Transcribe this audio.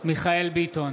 מיכאל מרדכי ביטון,